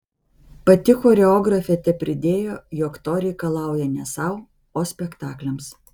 pati choreografė tepridėjo jog to reikalauja ne sau o spektakliams